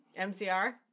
MCR